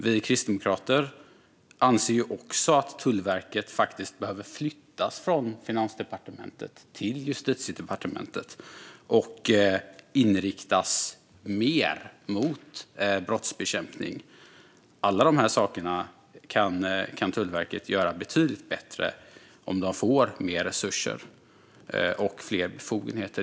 Vi kristdemokrater anser också Tullverket behöver flyttas från Finansdepartementet till Justitiedepartementet och inriktas mer mot brottsbekämpning. Tullverket skulle kunna göra alla de sakerna betydligt bättre med mer resurser och fler befogenheter.